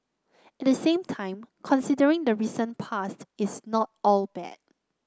at the same time considering the recent past it's not all bad